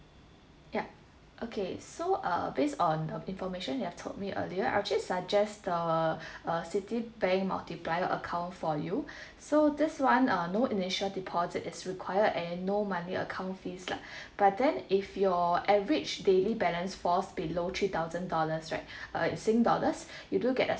yup okay so uh based on the information you have told me earlier I actually suggest the uh Citibank multiplier account for you so this one uh no initial deposit is required and no money account fees lah but then if your average daily balance falls below three thousand dollars right uh in sing dollars you do get a